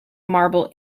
marble